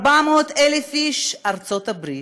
400,000 איש, ארצות הברית,